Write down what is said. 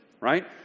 right